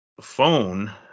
phone